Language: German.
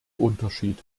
unterschied